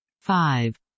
five